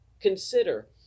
Consider